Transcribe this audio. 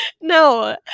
no